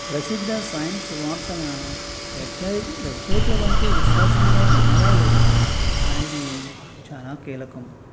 ప్రసిద్ధ సైన్స్ వార్తల వెబ్సైట్ వెబ్సైట్ల వంటి విశ్వసనీయ మూలాలు అనేది చాలా కీలకం